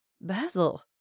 Basil